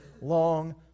long